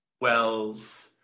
Wells